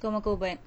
kau makan ubat